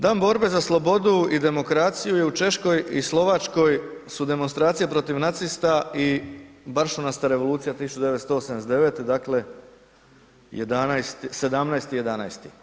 Dan borbe za slobodu i demokraciju je u Češkoj i Slovačkoj su demonstracije protiv nacista i Baršunasta revolucija 1989., dakle 17.11.